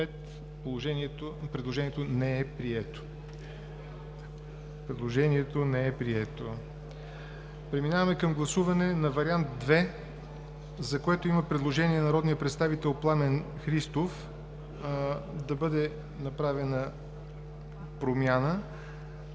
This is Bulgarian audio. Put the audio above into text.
въздържали се 65. Предложението не е прието. Преминаваме към гласуване на вариант ІІ, за който има предложение на народния представител Пламен Христов да бъде направена промяна.